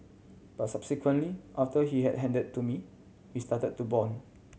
but subsequently after he had handed to me we started to bond